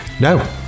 No